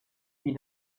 wie